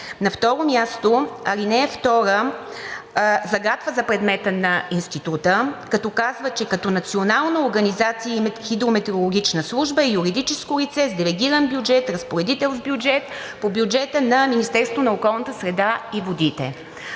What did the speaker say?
На второ място, ал. 2 загатва за предмета на Института, като казва, че като национална организация Хидрометеорологичната служба е юридическо лице с делегиран бюджет, разпоредител с бюджет по бюджета на Министерството на околната среда и водите.